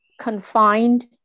confined